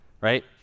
right